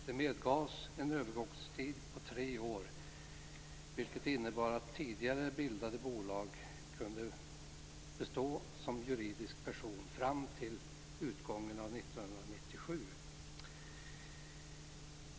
Det medgavs en övergångstid på tre år, vilket innebar att tidigare bildade bolag kunde bestå som juridisk person fram till utgången av år 1997.